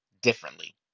differently